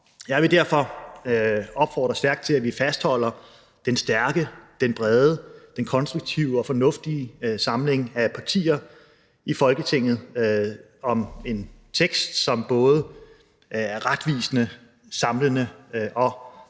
Jeg vil derfor stærkt opfordre til, at vi fastholder den stærke, den brede, den konstruktive og fornuftige samling af partier i Folketinget om en tekst, som både er retvisende, samlende og